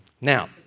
Now